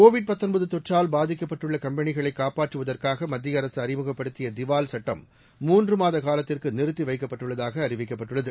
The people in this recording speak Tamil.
கோவிட் தொற்றால் பாதிக்கப்பட்டுள்ள கம்பெளிகளை காப்பாற்றுவதற்காக மத்திய அரசு அறிமுகப்படுத்திய திவால் சுட்டம் மூன்று மாத காலத்திற்கு நிறுத்தி வைக்கப்பட்டுள்ளதாக அறிவிக்கப்பட்டுள்ளது